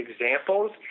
examples